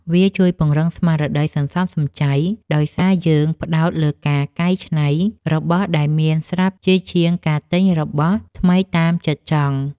វាជួយពង្រឹងស្មារតីសន្សំសំចៃ ដោយសារយើងផ្ដោតលើការកែច្នៃរបស់ដែលមានស្រាប់ជាជាងការទិញរបស់ថ្មីតាមចិត្តចង់។